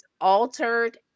altered